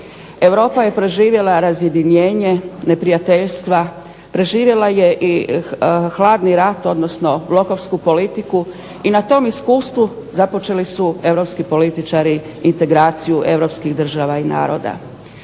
Europa je proživjela razjedinjenje, neprijateljstva, preživjela je i Hladni rat, odnosno … /Govornica se ne razumije./… politiku i na tom iskustvu započeli su europski političari integraciju europskih država i naroda.